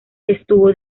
estuvo